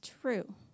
true